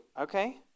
Okay